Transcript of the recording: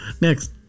Next